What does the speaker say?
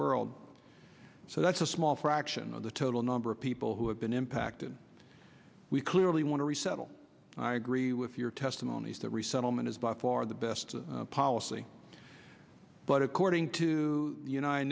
world so that's a small fraction of the total number of people who have been impacted we clearly want to resettle i agree with your testimonies that resettlement is by far the best policy but according to the united